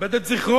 מכבד את זכרו